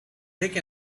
take